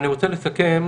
חברת הכנסת טטיאנה מזרסקי.